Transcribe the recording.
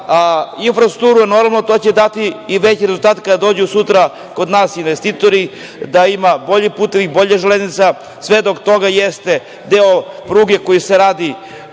za infrastrukturu, jer normalno to će dati i veće rezultate kada dođu sutra kod nas investitori, da ima boljih puteva, bolje železnice. Svedok toga jeste deo pruge koji se radi